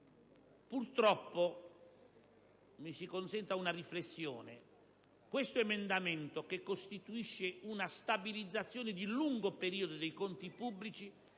purtroppo - mi si consenta una riflessione - l'emendamento presentato, che costituisce una stabilizzazione di lungo periodo dei conti pubblici,